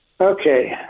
Okay